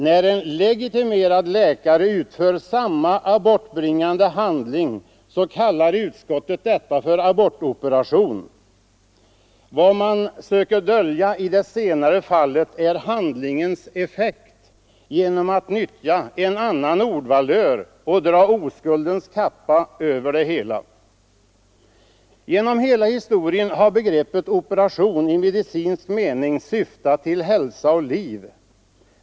När en legitimerad läkare utför samma abortbringande handling, kallar utskottet detta för abortoperation. Vad man söker dölja i det senare fallet är handlingens effekt genom att nyttja en annan ordvalör och dra oskuldens kappa över det hela. Genom hela historien har begreppet ”operation” i medicinsk mening syftat till hälsa och liv.